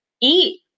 eat